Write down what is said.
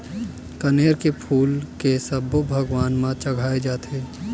कनेर के फूल के सब्बो भगवान म चघाय जाथे